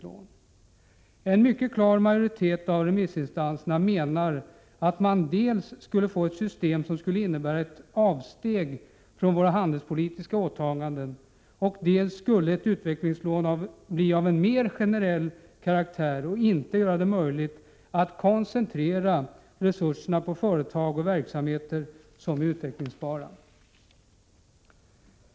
1987/88:47 majoritet av remissinstanserna menar dels att det skulle skapas ett system 17 december 1987 som innebär ett avsteg från våra handelspolitiska åtaganden, dels at Zn utvecklingslånen skulle bli av mer generell karaktär och inte göra det möjligt att koncentrera resurserna på företag och verksamheter som är utvecklingsbara.